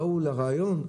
באו לריאיון,